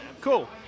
Cool